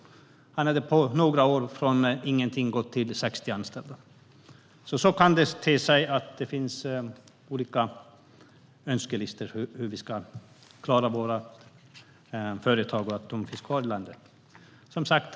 Han hade på några år gått från ingenting till 60 anställda. Det finns alltså olika önskemål för hur vi ska behålla våra företag i landet.